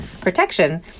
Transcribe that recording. protection